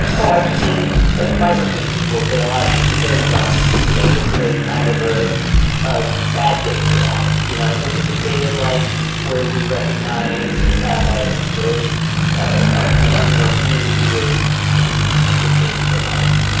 oh, i've seen like five or six people say a lot of shitty things on today, and today is kind of ah a bad day for that. you know, this is a day of like where we recognize ah the ah members of our community who were who were taken from us,